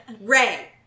Ray